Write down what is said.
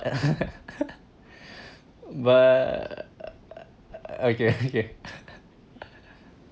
but okay okay